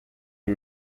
iri